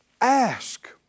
Ask